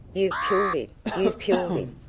you've killed him! you've killed him!